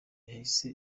yahise